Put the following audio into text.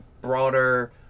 broader